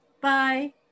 Bye